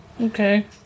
Okay